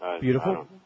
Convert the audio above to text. Beautiful